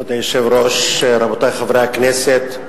כבוד היושב-ראש, רבותי חברי הכנסת,